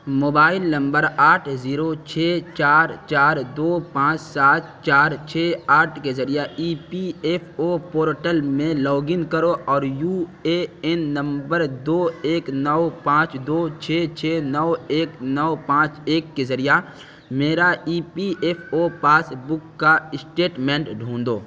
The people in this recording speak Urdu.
موبائل لمبر آٹھ زیرو چھ چار چار دو پانچ سات چار چھ آٹھ کے ذریعہ E P F O portal میں لاگ ان کرو اور یو اے این نمبر دو ایک نو پانچ دو چھ چھ نو ایک نو پانچ ایک کے ذریعہ میرا E P F O passbook کا اسٹیٹمنٹ ڈھونڈو